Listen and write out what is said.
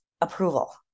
approval